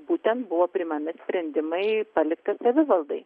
būtent buvo priimami sprendimai palikti savivaldai